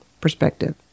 Perspective